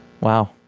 Wow